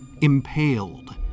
impaled